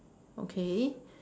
okay